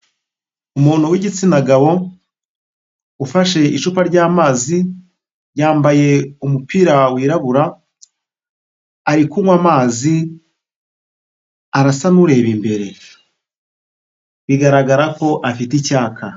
Umuntu w'igitsina gabo ufashe icupa ry'amazi yambaye umupira wirabura ari kunywa amazi arasa nkureba imbere bigaragara ko afite icyaka.